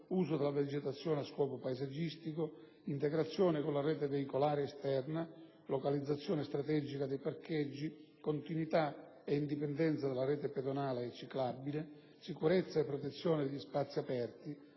uso della vegetazione a scopo paesaggistico, integrazione con la rete veicolare esterna, localizzazione strategica dei parcheggi, continuità e indipendenza della rete pedonale e ciclabile, sicurezza e protezione degli spazi aperti,